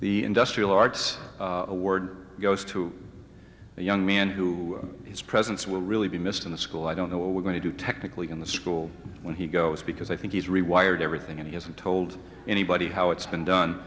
the industrial arts award goes to the young man who his presence will really be missed in the school i don't know what we're going to do technically in the school when he goes because i think he's rewired everything and he hasn't told anybody how it's been done